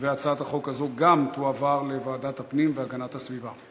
הצעת החוק הזאת גם תעבור לוועדת הפנים והגנת הסביבה.